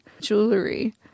jewelry